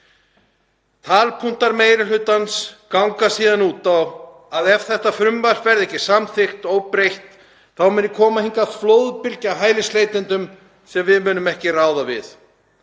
Talpunktar meiri hlutans ganga síðan út á að ef þetta frumvarp verði ekki samþykkt óbreytt muni koma hingað flóðbylgja af hælisleitendum sem við munum ekki ráða við.